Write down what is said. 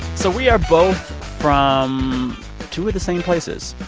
so we are both from two of the same places